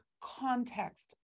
context